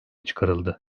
çıkarıldı